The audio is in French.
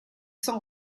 sans